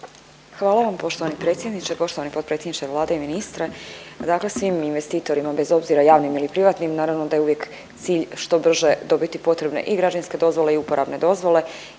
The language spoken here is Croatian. Hvala vam poštovani predsjedniče. Poštovani potpredsjedniče Vlade i ministre, dakle svim investitorima bez obzira javnim ili privatnim naravno da je uvijek cilj što brže dobiti potrebne i građevinske dozvole i uporabne dozvole